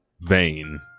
vain